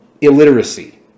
illiteracy